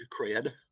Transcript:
cred